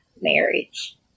marriage